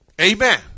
Amen